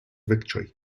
victory